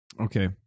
Okay